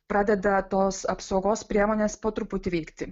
pradeda tos apsaugos priemonės po truputį vykti